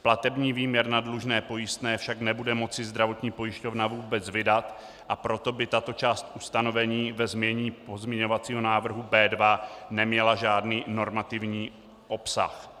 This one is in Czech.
Platební výměr na dlužné pojistné však nebude moci zdravotní pojišťovna vůbec vydat, a proto by tato část ustanovení ve znění pozměňovacího návrhu B2 neměla žádný normativní obsah.